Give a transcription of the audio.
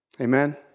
Amen